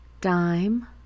dime